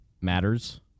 matters